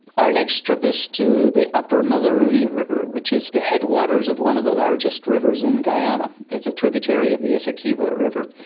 our next trip is to the upper mazaruni river, which is the headwaters of one of the largest rivers in guyana. it's a tributary of the essequibo river.